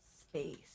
space